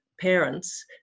parents